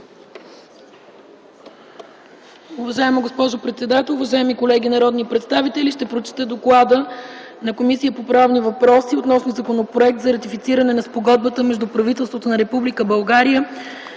Уважаема госпожо председател, уважаеми колеги народни представители! Ще прочета: „ДОКЛАД на Комисията по правни въпроси по законопроект № 002 02 28 за ратифициране на Спогодбата между правителството на Република България